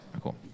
cool